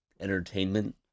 entertainment